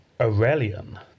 Aurelian